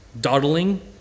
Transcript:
dawdling